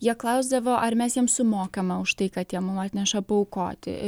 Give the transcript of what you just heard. jie klausdavo ar mes jiems sumokame už tai kad jie mum atneša paaukoti